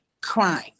crime